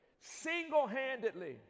single-handedly